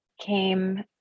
came